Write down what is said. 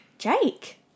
jake